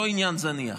זה לא עניין זניח.